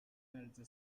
energy